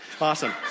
Awesome